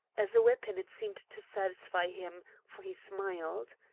as a weapon it seemed to satisfy him, for he smiled.